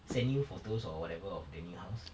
sent photos or whatever of the new house